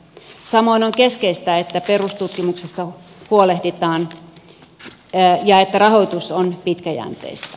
samoin on keskeistä että perustutkimuksesta huolehditaan ja että rahoitus on pitkäjänteistä